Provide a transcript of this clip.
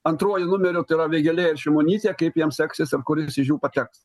antruoju numeriu tai yra vėgėlė ir šimonytė kaip jiem seksis ir kuris iš jų pateks